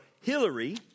Hillary